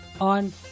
on